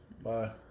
Bye